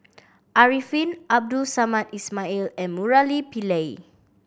Arifin Abdul Samad Ismail and Murali Pillai